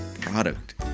product